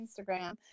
Instagram